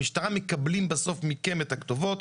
המשטרה מקבלים בסוף מכם את הכתובות,